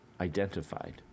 identified